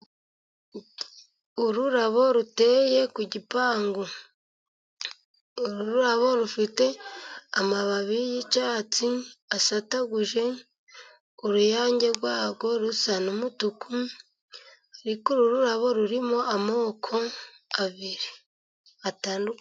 Ururabo ruteye ku gipangu, ururabo rufite amababi y'icyatsi asataguje, uruyange rwarwo rusa n'umutuku ariko uru rurabo rurimo amoko abiri atandukanye.